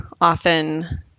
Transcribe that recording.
often